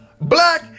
Black